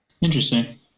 Interesting